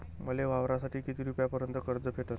मले वावरासाठी किती रुपयापर्यंत कर्ज भेटन?